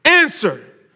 answer